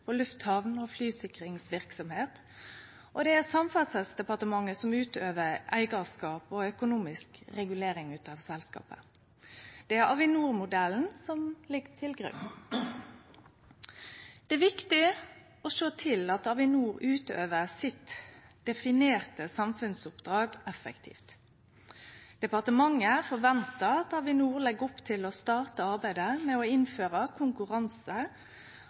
på lufthamn- og flysikringsverksemd, og det er Samferdselsdepartementet som utøver eigarskap og økonomisk regulering av selskapet. Det er Avinor-modellen som ligg til grunn. Det er viktig å sjå til at Avinor utøver sitt definerte samfunnsoppdrag effektivt. Departementet forventar at Avinor legg opp til å starte arbeidet med å innføre konkurranse